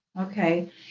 Okay